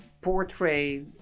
portray